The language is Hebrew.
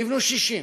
יבנו 60,000,